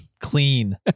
clean